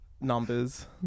numbers